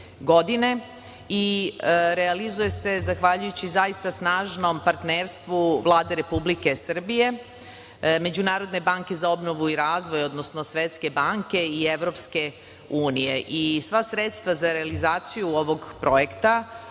i realizuje se zahvaljujući zaista snažnom partnerstvu Vlade Republike Srbije, Međunarodne banke za obnovu i razvoj, odnosno Svetske banke i Evropske unije. Sva sredstva za realizaciju ovog projekta